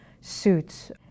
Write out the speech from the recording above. suits